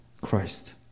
Christ